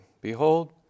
Behold